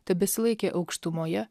tebesilaikė aukštumoje